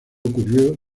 ocurrió